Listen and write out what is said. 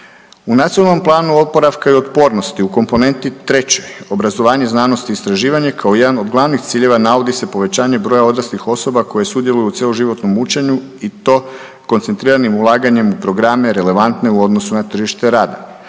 U Nacionalnom planu oporavka i otpornosti u komponenti trećoj obrazovanje, znanost i istraživanje kao jedan od glavnih ciljeva navodi se povećanje broja odraslih osoba koje sudjeluju u cjeloživotnom učenju i to koncentriranim ulaganjem u programe relevantne u odnosu na tržištu rada.